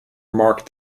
remarked